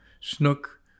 snook